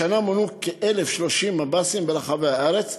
השנה מונו כ-1,030 מב"סים ברחבי הארץ.